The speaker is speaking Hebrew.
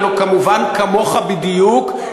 כמובן כמוך בדיוק,